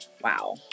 Wow